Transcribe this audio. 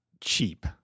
cheap